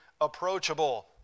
approachable